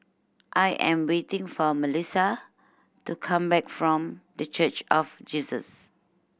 I am waiting for Melisa to come back from The Church of Jesus